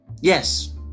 Yes